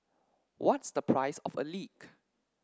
what's the price of a leak